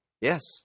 Yes